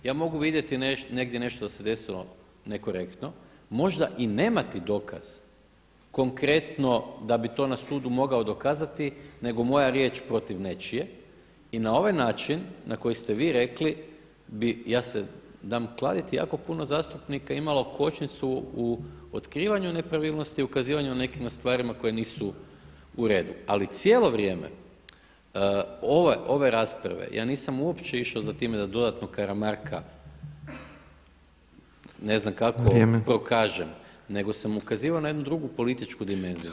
Ja mogu vidjeti negdje nešto da se desilo nekorektno, možda i nemati dokaz konkretno da bi to na sudu mogao dokazati nego moja riječ protiv nečije i na ovaj način na koji ste vi rekli bi ja se dam kladiti jako puno zastupnika imalo kočnicu u otkrivanju nepravilnosti i ukazivanju na nekim stvarima koje nisu u redu ali cijelo vrijeme ove rasprave ja nisam uopće išao za tim da dodatno Karamarka ne znam da to kažem, nego sam ukazivao na jednu drugu političku dimenziju.